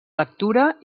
lectura